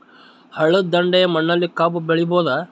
ಹಳ್ಳದ ದಂಡೆಯ ಮಣ್ಣಲ್ಲಿ ಕಬ್ಬು ಬೆಳಿಬೋದ?